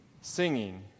Singing